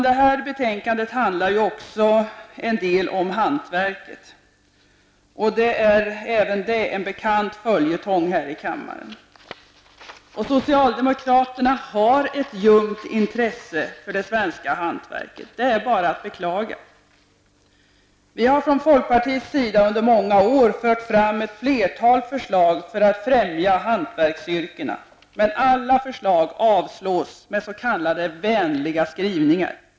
Det här betänkandet handlar ju också till en del om hantverket. Det är en bekant följetong här i kammaren. Och socialdemokraterna har ett ljumt intresse för det svenska hantverket. Det är bara att beklaga. Vi från folkpartiet har under många år fört fram ett flertal förslag för att främja hantverksyrkena, men alla förslag avslås med s.k. vänliga skrivningar.